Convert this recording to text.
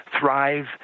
thrive